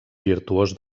virtuós